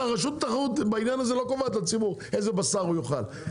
רשות התחרות בעניין הזה לא קובעת לציבור איזה בשר הוא יאכל,